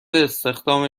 استخدام